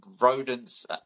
rodents